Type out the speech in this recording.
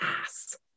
ass